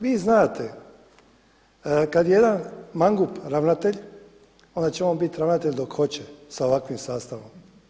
Vi znate kada je jedan mangup ravnatelj onda će on biti ravnatelj dok hoće sa ovakvim sastavom.